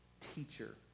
teacher